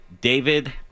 David